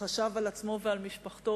חשב על עצמו ועל משפחתו,